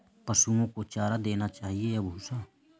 पशुओं को चारा देना चाहिए या भूसा?